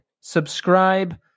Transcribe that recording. subscribe